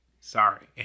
Sorry